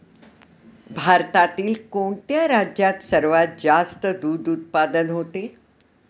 भारतातील कोणत्या राज्यात सर्वात जास्त दूध उत्पादन होते?